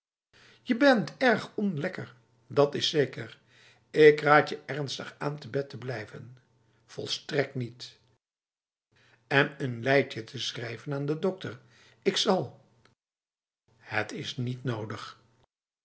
je bent erg onlekker dat is zeker ik raad je ernstig aan te bed te blijven volstrekt nietf en een leitje te schrijven aan de dokter ik zal het is niet nodig